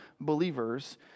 believers